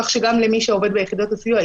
כך שגם למי שעובד ביחידות הסיוע,